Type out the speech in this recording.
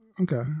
okay